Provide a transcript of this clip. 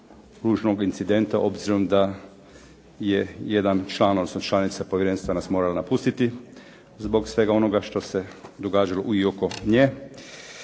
ružnog incidenta obzirom da je jedan član, odnosno članica povjerenstva nas morala napustiti zbog svega onoga što se događalo i oko nje.